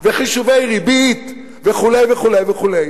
וחישובי ריבית וכו' וכו' וכו'.